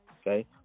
Okay